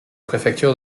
préfecture